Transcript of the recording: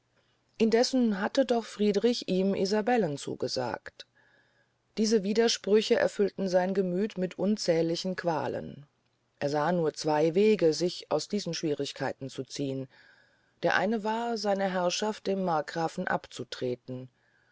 indessen hatte doch friedrich ihm isabellen zugesagt diese widersprüche erfüllten sein gemüth mit unzählichen qualen er sah nur zwey wege sich aus diesen schwierigkeiten zu ziehn der eine war seine herrschaft dem markgrafen abzutreten